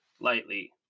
lightly